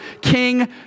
King